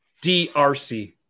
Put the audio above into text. drc